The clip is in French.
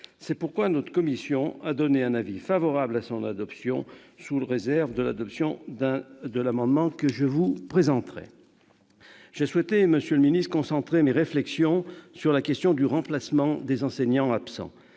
C'est pourquoi notre commission a donné un avis favorable à son adoption, sous réserve de l'adoption de l'amendement que je présenterai. J'ai souhaité, monsieur le ministre, concentrer mon propos sur la question du remplacement des enseignants absents.